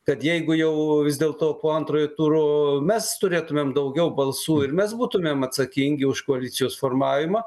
kad jeigu jau vis dėlto po antrojo turo mes turėtumėm daugiau balsų ir mes būtumėm atsakingi už koalicijos formavimą